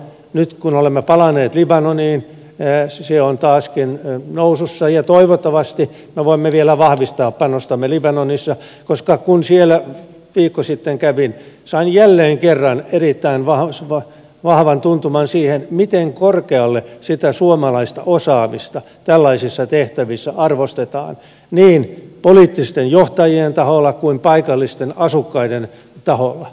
nyt kun olemme palanneet libanoniin se on taaskin nousussa ja toivottavasti me voimme vielä vahvistaa panostamme libanonissa koska kun siellä viikko sitten kävin sain jälleen kerran erittäin vahvan tuntuman siihen miten korkealle sitä suomalaista osaamista tällaisissa tehtävissä arvostetaan niin poliittisten johtajien taholla kuin paikallisten asukkaidenkin taholla